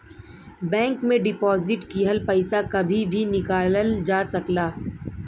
bank में deposit किहल पइसा कभी भी निकालल जा सकला